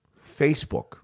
Facebook